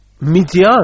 Midian